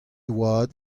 oad